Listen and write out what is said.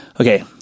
Okay